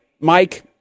Mike